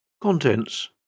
Contents